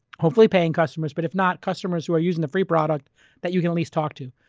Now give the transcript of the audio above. hopefully, paying customers but if not, customers who were using the free product that you can at least talk to.